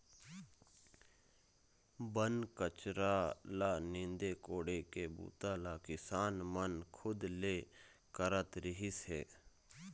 बन कचरा ल नींदे कोड़े के बूता ल किसान मन खुद ले करत रिहिस हे